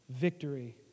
victory